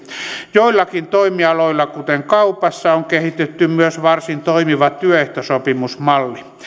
joillakin toimialoilla kuten kaupassa on kehitetty myös varsin toimiva työehtosopimusmalli